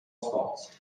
sports